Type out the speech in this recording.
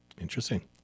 Interesting